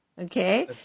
Okay